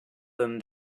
them